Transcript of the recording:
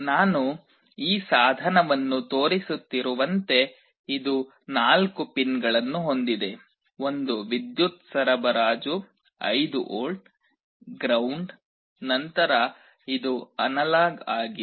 ನಾನು ಈ ಸಾಧನವನ್ನು ತೋರಿಸುತ್ತಿರುವಂತೆ ಇದು ನಾಲ್ಕು ಪಿನ್ಗಳನ್ನು ಹೊಂದಿದೆ ಒಂದು ವಿದ್ಯುತ್ ಸರಬರಾಜು 5 ವೋಲ್ಟ್ ಗ್ರೌಂಡ್ ನಂತರ ಇದು ಅನಲಾಗ್ ಆಗಿದೆ